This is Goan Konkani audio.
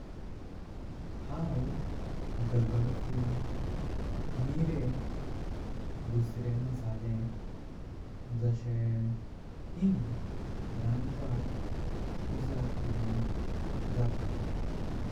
हांव दगडफूल, मिरें, दुसरें मसाले जासे हिंग रांपाक उजाड करूंयक जातां।